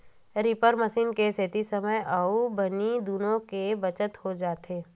reaper machine के सेती समे अउ बनी दुनो के बचत हो जाथे